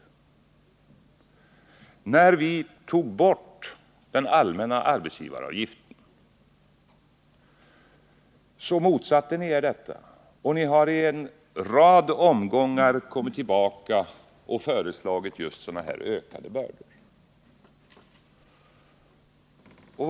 När vi tog bort den allmänna arbetsgivaravgiften motsatte ni er detta, och ni har i en rad omgångar kommit tillbaka och föreslagit just sådana ökade bördor på näringslivet.